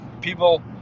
people